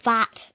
Fat